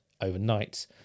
overnight